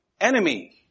enemy